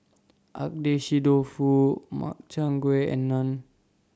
Agedashi Dofu Makchang Gui and Naan